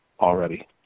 already